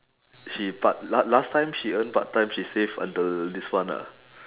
she part last last time she earn part time she save until this one ah